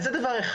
אז זה דבר אחד.